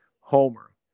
Homer